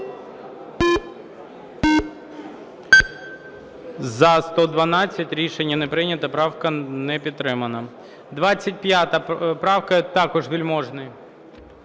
За-112 Рішення не прийнято. Правка не підтримана. 25 правка – також Вельможний.